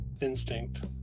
instinct